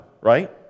right